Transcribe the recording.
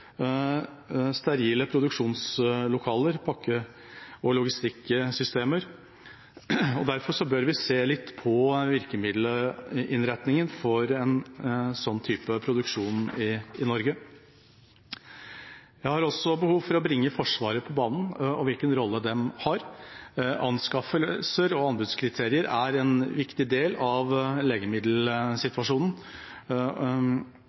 sterile produksjonslokaler, pakke- og logistikksystemer, og derfor bør vi se litt på virkemiddelinnretningen for en sånn type produksjon i Norge. Jeg har også behov for å bringe Forsvaret og hvilken rolle det har, på banen. Anskaffelser og anbudskriterier er en viktig del av